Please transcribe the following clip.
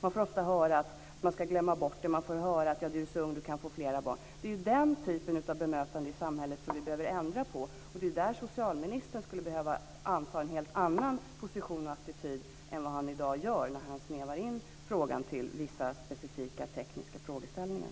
Man får ofta höra att man ska glömma bort det. Man får höra: Du är så ung, och du kan få flera barn. Det är den typen av bemötande i samhället som vi behöver ändra på. Det är där socialministern skulle behöva anta en helt annan position och attityd än vad han i dag gör när han snävar in frågan till vissa specifika tekniska frågeställningar.